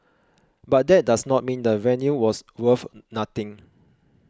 but that does not mean the venue was worth nothing